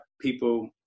people